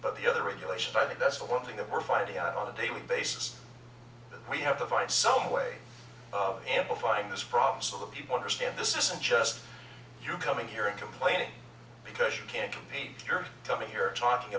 but the other regulations i think that's the one thing we are finding out on a daily basis we have to find some way of amplifying this problem so that people understand this isn't just you coming here and complaining because you can't compete you're coming here talking